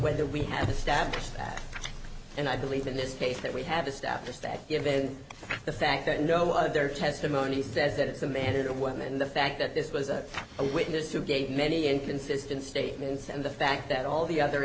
whether we have established that and i believe in this case that we have a staff just that given the fact that no other testimony says that it's a man and a woman the fact that this was a a witness who gave many inconsistent statements and the fact that all the other